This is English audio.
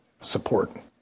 support